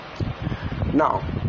now